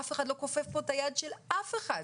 אף אחד לא כופף פה את היד של אף אחד.